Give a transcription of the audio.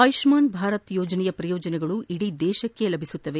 ಆಯುಷ್ಸಾನ್ ಭಾರತ್ ಯೋಜನೆಯ ಪ್ರಯೋಜನಗಳು ಇಡೀ ದೇಶಕ್ಕೆ ಲಭಿಸಲಿದೆ